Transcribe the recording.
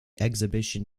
exhibition